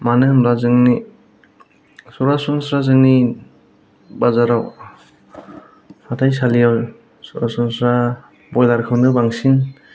मानो होनोब्ला जोंनि सरासनस्रा जोंनि बाजाराव हाथायसालियाव सरासनस्रा ब्रयलार खौनो बांसिन